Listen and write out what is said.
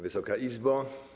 Wysoka Izbo!